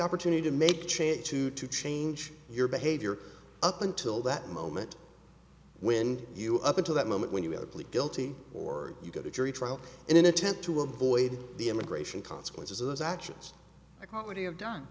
opportunity to make changes to to change your behavior up until that moment when you up until that moment when you have to plead guilty or you go to jury trial in an attempt to avoid the immigration consequences of those actions a quality of done